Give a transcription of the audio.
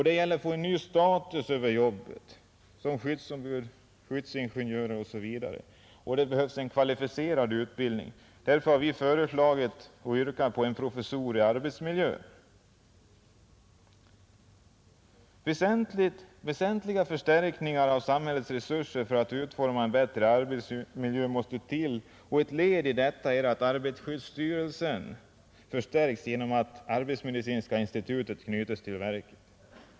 Det gäller att få en ny status över jobbet som skyddsingenjör och skyddsombud med flera, och det behövs en kvalificerad utbildning för dem. Därför yrkar vi på att en professur i arbetsmiljö inrättas. Väsentliga förstärkningar av samhällets resurser för att utforma en bättre arbetsmiljö måste till, och ett led i detta är att arbetarskyddsstyrelsen förstärks genom att arbetsmedicinska institutet knyts till verket.